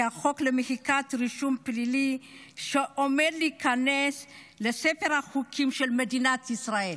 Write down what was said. כי החוק למחיקת רישום פלילי עומד להיכנס לספר החוקים של מדינת ישראל.